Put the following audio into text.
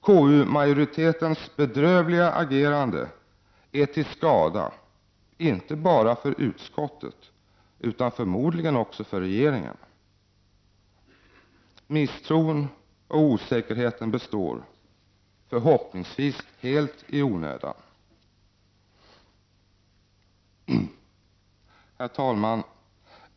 KU-majoritetens bedrövliga agerande är till skada inte bara för utskottet utan förmodligen också för regeringen. Misstron och osäkerheten består — förhoppningsvis helt i onödan. Herr talman!